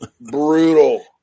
brutal